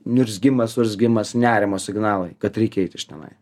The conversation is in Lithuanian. niurzgimas urzgimas nerimo signalai kad reikia eit iš tenai